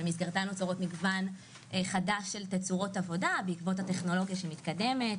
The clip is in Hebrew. במסגרתה נוצר מגוון חדש של תצורות עבודה בעקבות הטכנולוגיה שמתקדמת.